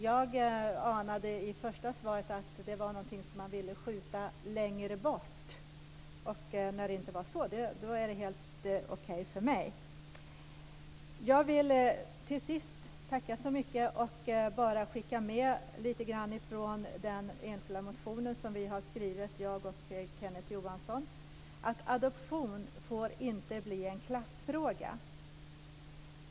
Jag anade i det första svaret att det var någonting som man ville skjuta längre bort. När det inte var så är det helt okej för mig. Jag vill tacka så mycket och bara skicka med lite grann från den enskilda motion som jag och Kenneth Johansson har skrivit: Adoption får inte bli en klassfråga.